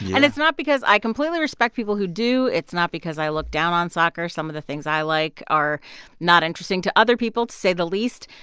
and it's not because i completely respect people who do. it's not because i look down on soccer. some of the things i like are not interesting to other people, to say the least.